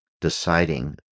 deciding